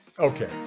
Okay